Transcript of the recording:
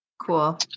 cool